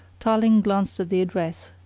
tarling glanced at the address.